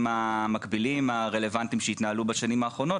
המקבילים הרלוונטיים שהתנהלו בשנים האחרונות,